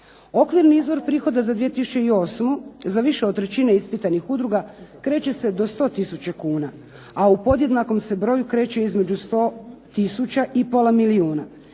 Okvirni izvori prihoda za 2008. za više od trećine ispitanih udruga kreće se do 100 tisuća kuna, a u podjednakom se broju kreće između 100 tisuća i pola milijuna.